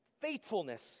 faithfulness